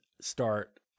start